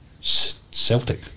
Celtic